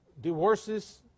divorces